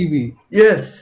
Yes